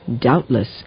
Doubtless